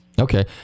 Okay